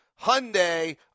Hyundai